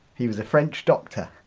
he was a french doctor,